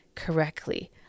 Correctly